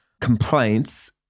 complaints